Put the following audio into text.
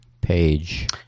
page